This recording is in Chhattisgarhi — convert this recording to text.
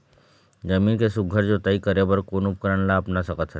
जमीन के सुघ्घर जोताई करे बर कोन उपकरण ला अपना सकथन?